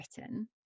written